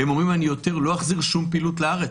הם אומרים: אני לא אחזיר שום פעילות לארץ.